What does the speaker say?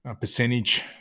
Percentage